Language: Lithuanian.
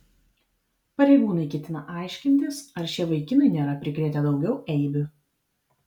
pareigūnai ketina aiškintis ar šie vaikinai nėra prikrėtę daugiau eibių